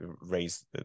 raise